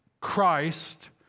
Christ